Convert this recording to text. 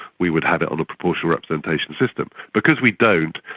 we would have it on a proportional representation system. because we don't,